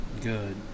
Good